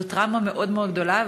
זו טראומה מאוד מאוד גדולה,